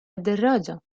الدراجة